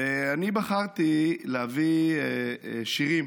ואני בחרתי להביא שירים